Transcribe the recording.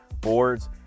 boards